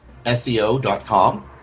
seo.com